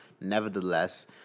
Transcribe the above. Nevertheless